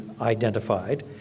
identified